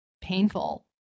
painful